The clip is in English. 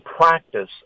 practice